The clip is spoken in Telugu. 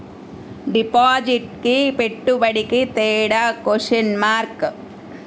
డిపాజిట్కి పెట్టుబడికి తేడా?